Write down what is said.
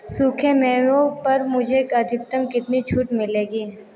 सूखे मेवों पर मुझे एक अधिकतम कितनी छूट मिलेगी